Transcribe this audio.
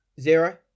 Zero